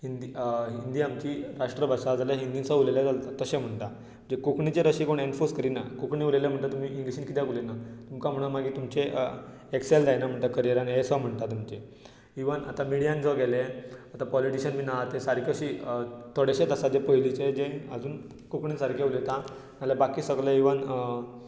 हिंदी हिंदी आमची राष्ट्रभाशा जाल्यार हिंदीन सुद्दा उलयल्यार चलता तशें म्हणटा कोंकणीचेर अशें कोण एम्फसायझ करिना कोंकणी उलयल्यार म्हणटात तुमी इंग्लीशीन कित्याक उलयना तुमचें एक्सेल जायना म्हणटा करियर इवन आतां मिडियान जर गेले आतां पोलिटिशन बीन आसात ते सारके अशी थोडेशेच आसा जे पयलींचे जे आजून कोंकणी सारकी उलयता ना जाल्यार बाकी सगळे इव्हन